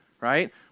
right